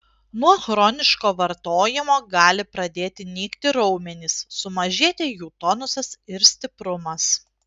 nuo chroniško vartojimo gali pradėti nykti raumenys sumažėti jų tonusas ir stiprumas